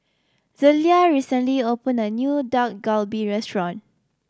Zelia recently opened a new Dak Galbi Restaurant